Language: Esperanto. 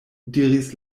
diris